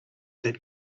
that